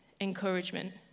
encouragement